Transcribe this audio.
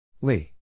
Lee